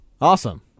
awesome